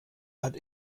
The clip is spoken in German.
hat